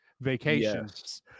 vacations